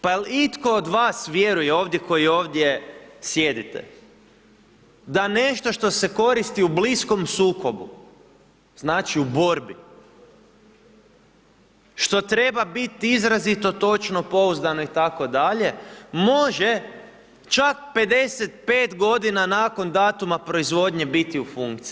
Pa jel' itko od vas vjeruje ovdje koji ovdje sjedite da nešto što se koristi u bliskom sukobu znači u borbi što treba biti izrazito točno, pouzdano itd. može čak 55 godina nakon datuma proizvodnje biti u funkciji?